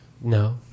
No